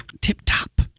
tip-top